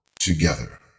together